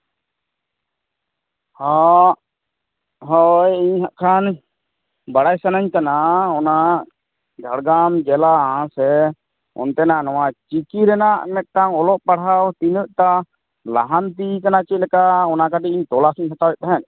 ᱦᱚᱸ ᱦᱳᱭ ᱤᱧ ᱦᱟᱸᱜ ᱠᱷᱟᱱ ᱵᱟᱲᱟᱭ ᱥᱟᱱᱟᱧ ᱠᱟᱱᱟ ᱚᱱᱟ ᱡᱷᱟᱲᱜᱨᱟᱢ ᱡᱮᱞᱟ ᱥᱮ ᱚᱱᱛᱮᱱᱟᱜ ᱱᱚᱣᱟ ᱪᱤᱠᱤ ᱨᱮᱱᱟᱜ ᱚᱞᱚᱜ ᱯᱟᱲᱦᱟᱣ ᱛᱤᱱᱟᱹᱜ ᱴᱟ ᱞᱟᱦᱟᱱᱛᱤᱭᱟᱠᱟᱱᱟ ᱛᱤᱱᱟᱹᱜ ᱴᱟ ᱚᱱᱟ ᱠᱟᱹᱴᱤᱡ ᱛᱚᱞᱟᱥᱤᱧ ᱦᱟᱛᱛᱟᱣᱮᱫ ᱛᱟᱦᱮᱸᱫ